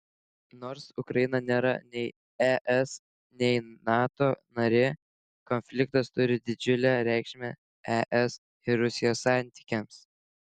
nors ukraina nėra nei es nei nato narė konfliktas turi didžiulę reikšmę es ir rusijos santykiams